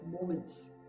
moments